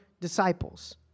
disciples